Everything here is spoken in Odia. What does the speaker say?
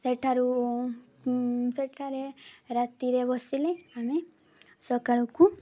ସେଠାରୁ ସେଠାରେ ରାତିରେ ବସିଲେ ଆମେ ସକାଳକୁ